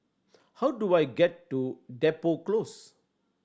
how do I get to Depot Close